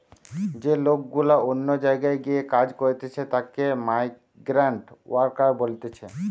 যে লোক গুলা অন্য জায়গায় গিয়ে কাজ করতিছে তাকে মাইগ্রান্ট ওয়ার্কার বলতিছে